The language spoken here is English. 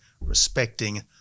respecting